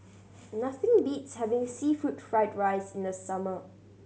nothing beats having seafood fried rice in the summer